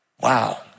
Wow